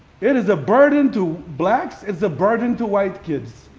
it is a burden to blacks it's a burden to white kids,